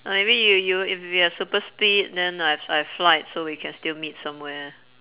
oh maybe if you have super speed then I h~ I have flight so we can still meet somewhere